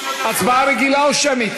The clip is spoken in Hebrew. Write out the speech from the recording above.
הצבעה רגילה או שמית?